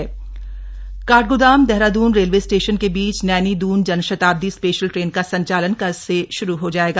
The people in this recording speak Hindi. नैनीदुन जनशताब्दी काठगोदाम देहरादून रेलवे स्टेशन के बीच नैनीदून जनशताब्दी स्पेशल ट्रेन का संचालन कल से श्रू हो जायेगा